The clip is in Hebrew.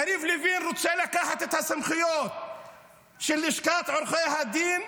יריב לוין רוצה לקחת את הסמכויות של לשכת עורכי הדין,